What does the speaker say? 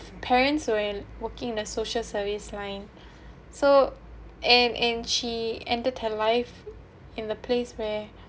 parents were working in the social service line so and and she ended her life in the place where